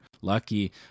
lucky